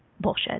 bullshit